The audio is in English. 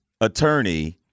attorney